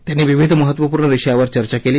त्यांनी विविध महत्वपूर्ण विषयावर चर्चा केली